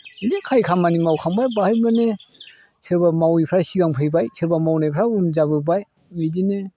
बिदि खामानि मावखांबाय बाहाय माने सोरबा माविफ्रा सिगां फैबाय सोरबा मावनायफ्रा उन जाबोबाय बिदिनो